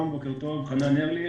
חנן ארליך,